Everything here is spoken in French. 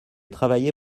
travaillé